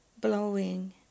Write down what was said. blowing